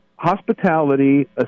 hospitality